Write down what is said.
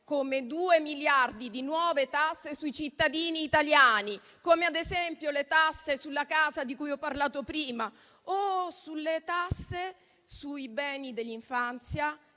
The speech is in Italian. Come due miliardi di nuove tasse sui cittadini italiani; come ad esempio le tasse sulla casa, di cui ho parlato prima, o come le tasse sui beni dell'infanzia